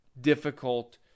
difficult